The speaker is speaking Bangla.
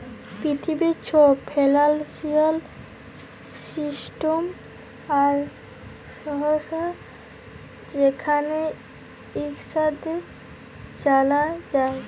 পিথিবীর ছব ফিল্যালসিয়াল সিস্টেম আর সংস্থা যেখালে ইকসাথে জালা যায়